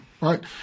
right